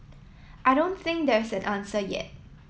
I don't think there's an answer yet